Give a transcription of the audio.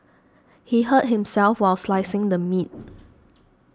he hurt himself while slicing the meat